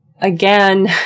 again